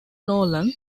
nolan